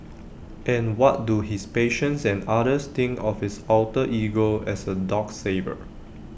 and what do his patients and others think of his alter ego as A dog saver